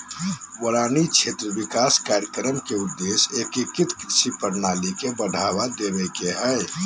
वारानी क्षेत्र विकास कार्यक्रम के उद्देश्य एकीकृत कृषि प्रणाली के बढ़ावा देवे के हई